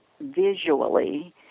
visually